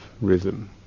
rhythm